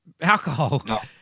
alcohol